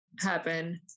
happen